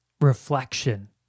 reflection